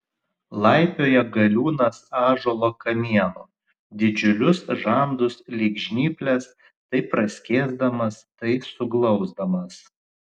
laipioja galiūnas ąžuolo kamienu didžiulius žandus lyg žnyples tai praskėsdamas tai suglausdamas